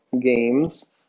games